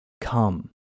Come